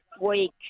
week